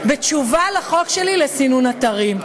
בתשובה על הצעת החוק שלי לסינון אתרים.